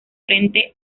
frente